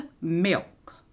milk